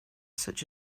such